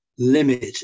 limit